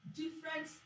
different